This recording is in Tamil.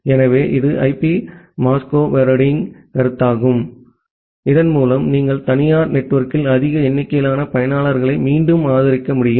எனவே இது ஐபி மாஸ்க்வெரேடிங்கின் கருத்தாகும் இதன் மூலம் நீங்கள் தனியார் நெட்வொர்க்கில் அதிக எண்ணிக்கையிலான பயனர்களை மீண்டும் ஆதரிக்க முடியும்